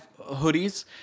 hoodies